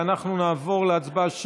אנחנו נעבור להצבעה שמית.